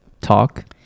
talk